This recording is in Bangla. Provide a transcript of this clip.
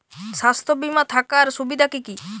স্বাস্থ্য বিমা থাকার সুবিধা কী কী?